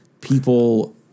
people